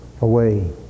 away